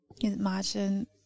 Imagine